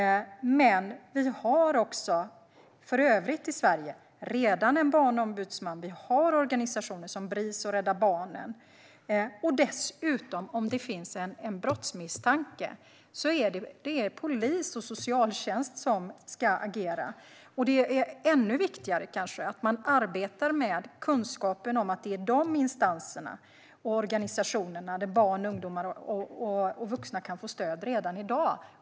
För övrigt har vi i Sverige redan en barnombudsman liksom organisationer som Bris och Rädda Barnen. Dessutom är det polis och socialtjänst som ska agera om det finns en brottsmisstanke. Det är kanske ännu viktigare att man arbetar med kunskapen om dessa instanser och organisationer och att barn, ungdomar och vuxna kan få stöd där redan i dag.